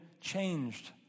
changed